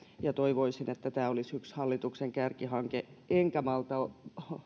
toivoisin että tämä olisi yksi hallituksen kärkihanke enkä malta